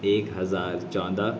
ایک ہزار چودہ